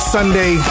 Sunday